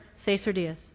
cesar diaz.